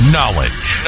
Knowledge